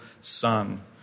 son